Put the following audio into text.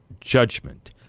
judgment